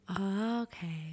okay